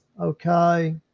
Okay